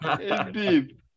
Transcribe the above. Indeed